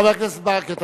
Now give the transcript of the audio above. חבר הכנסת ברכה,